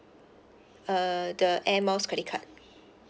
uh the air miles credit card